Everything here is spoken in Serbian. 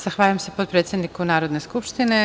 Zahvaljujem se, potpredsedniku Narodne skupštine.